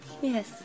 Yes